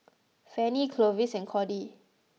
Fannie Clovis and Cordie